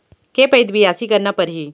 के पइत बियासी करना परहि?